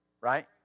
Right